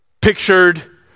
pictured